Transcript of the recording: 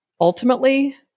ultimately